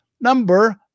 number